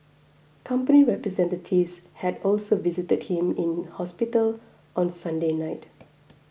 company representatives had also visited him in hospital on Sunday night